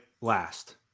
last